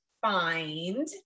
find